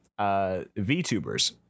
VTubers